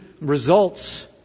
results